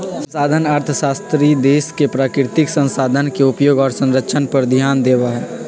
संसाधन अर्थशास्त्री देश के प्राकृतिक संसाधन के उपयोग और संरक्षण पर ध्यान देवा हई